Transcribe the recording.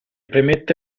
premette